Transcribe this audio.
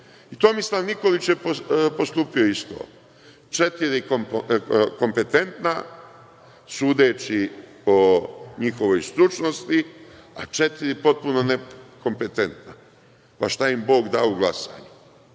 Tomislav Nikolić postupio isto, četiri kompetentna, sudeći po njihovoj stručnosti, a četiri potpuno nekompetentna, pa šta im bog da u glasanju. Znate